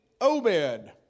Obed